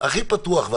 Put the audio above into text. הכי פתוח.